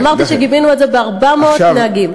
אמרתי שגיבינו ב-400 נהגים.